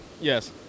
yes